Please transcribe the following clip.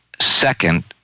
Second